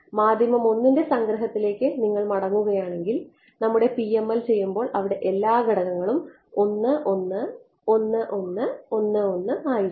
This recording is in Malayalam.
മാധ്യമം 1 ന്റെ സംഗ്രഹത്തിലേക്ക് നിങ്ങൾ മടങ്ങുകയാണെങ്കിൽ നമ്മുടെ PML ചെയ്യുമ്പോൾ അവിടെ എല്ലാ ഘടകങ്ങളും ആയിരുന്നു